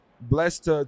blessed